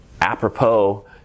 Apropos